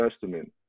Testament